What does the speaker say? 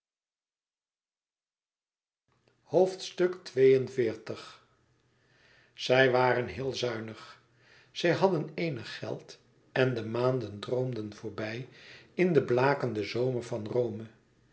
zij waren heel zuinig zij hadden eenig geld en de maanden droomden voorbij in den blakenden zomer van rome